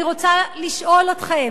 אני רוצה לשאול אתכם,